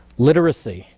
literacy,